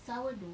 sourdough